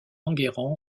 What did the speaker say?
enguerrand